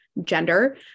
gender